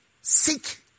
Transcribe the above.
Seek